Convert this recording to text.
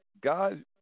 God